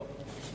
לא.